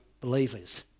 believers